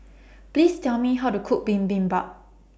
Please Tell Me How to Cook Bibimbap